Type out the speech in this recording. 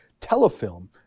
Telefilm